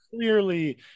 clearly